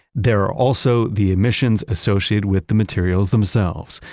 there are also the emissions associated with the materials themselves,